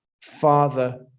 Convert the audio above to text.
Father